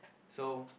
so